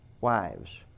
wives